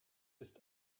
ist